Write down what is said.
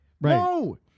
no